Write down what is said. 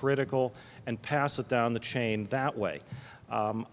critical and pass it down the chain that way